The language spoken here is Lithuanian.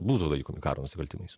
būtų laikomi karo nusikaltimais